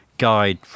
guide